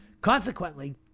Consequently